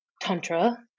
tantra